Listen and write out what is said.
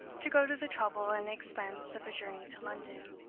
to go to the trouble and expense of a journey to london,